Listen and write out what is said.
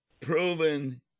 proven